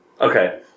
Okay